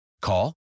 Call